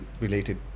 related